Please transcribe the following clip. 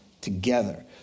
together